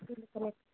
किसी भी समय